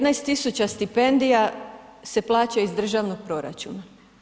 15 000 stipendija se plaća iz državnog proračuna.